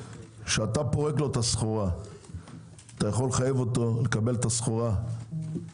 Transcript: כשאתה פורק לו את הסחורה אתה יכול לחייב אותו לקבל את הסחורה בלילה?